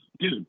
Dude